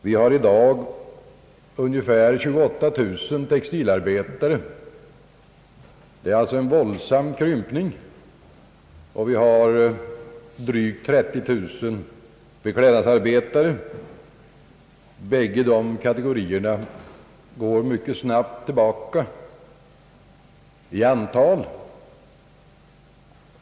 Vi har i dag ungefär 28 000 textilarbetare, vilket innebär en våldsam krympning, och drygt 30000 beklädnadsarbetare. Bägge dessa kategorier går mycket snabbt tillbaka i antal.